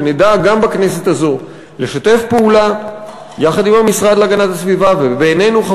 שנדע גם בכנסת הזאת לשתף פעולה עם המשרד להגנת הסביבה ובינינו,